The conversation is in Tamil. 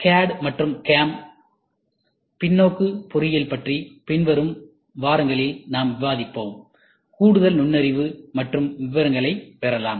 CAD மற்றும் CAM தலைகீழ் பொறியியல் பற்றி வரும் வாரங்களில் நாம் விவாதிப்போம் கூடுதல் நுண்ணறிவு மற்றும் விவரங்களை பெறலாம்